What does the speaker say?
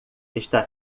está